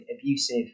abusive